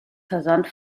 versand